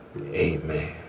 Amen